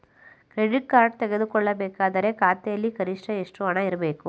Credit card ತೆಗೆದುಕೊಳ್ಳಬೇಕಾದರೆ ಖಾತೆಯಲ್ಲಿ ಕನಿಷ್ಠ ಎಷ್ಟು ಹಣ ಇರಬೇಕು?